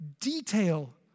detail